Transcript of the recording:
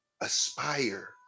aspire